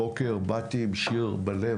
הבוקר באתי עם שיר בלב,